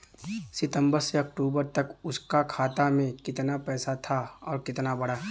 सितंबर से अक्टूबर तक उसका खाता में कीतना पेसा था और कीतना बड़ा?